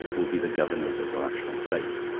will be the governors of the rational state.